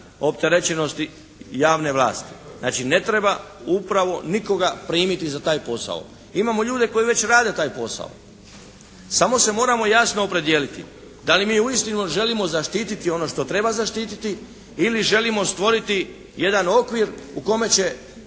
opterećenosti javne vlasti. Znači, ne treba upravo nikoga primiti za taj posao. Imamo ljude koji već rade taj posao, samo se moramo jasno opredijeliti da li mi uistinu želimo zaštititi ono što treba zaštititi ili želimo stvoriti jedan okvir u kome će